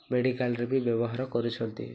ମେଡ଼ିକାଲ୍ରେ ବି ବ୍ୟବହାର କରୁଛନ୍ତି